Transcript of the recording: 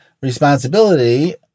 responsibility